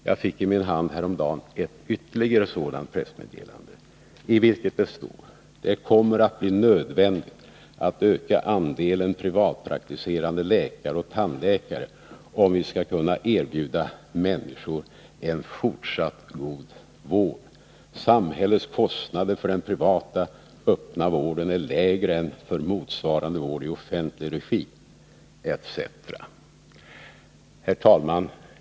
Jag fick i min hand häromdagen ännu ett sådant pressmeddelande, i vilket det står: Det kommer att bli nödvändigt att öka andelen privatpraktiserande läkare och tandläkare om vi skall kunna erbjuda människor en fortsatt god vård. Samhällets kostnader för den privata öppna vården är lägre än för motsvarande vård i offentlig regi, utan att patientens kostnad därför blir högre. Herr talman!